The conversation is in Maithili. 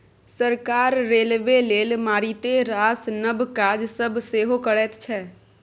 सरकार रेलबे लेल मारिते रास नब काज सब सेहो करैत छै